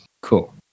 Cool